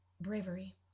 bravery